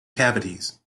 cavities